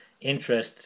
interest